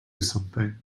something